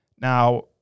Now